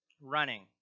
Running